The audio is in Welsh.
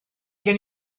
gen